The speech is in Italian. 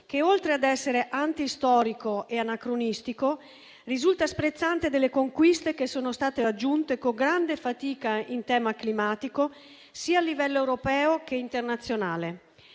che, oltre ad essere antistorico e anacronistico, risulta sprezzante delle conquiste che sono state raggiunte con grande fatica in tema climatico, sia a livello europeo che internazionale,